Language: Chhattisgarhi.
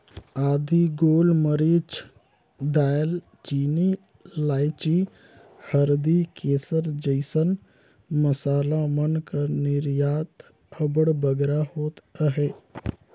आदी, गोल मरीच, दाएल चीनी, लाइची, हरदी, केसर जइसन मसाला मन कर निरयात अब्बड़ बगरा होत अहे